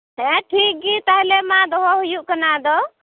ᱦᱮᱸ ᱴᱷᱤᱠᱜᱮ ᱛᱟᱦᱚᱞᱮ ᱢᱟ ᱫᱚᱦᱚ ᱦᱩᱭᱩᱜ ᱠᱟᱱᱟ ᱟᱫᱚ